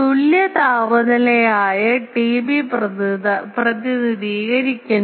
തുല്യ താപനിലയായ ടിബി പ്രതിനിധീകരിക്കുന്നു